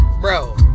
Bro